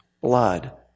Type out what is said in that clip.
blood